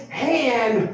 hand